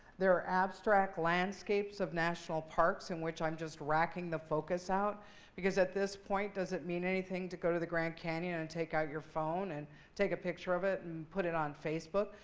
they are abstract landscapes of national parks in which i'm just racking the focus out because, at this point, does it mean anything to go to the grand canyon and take out your phone, and take a picture of it, and put it on facebook?